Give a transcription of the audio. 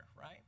right